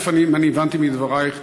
אם הבנתי מדברייך,